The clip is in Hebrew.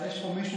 פה מישהו,